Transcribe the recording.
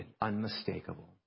Unmistakable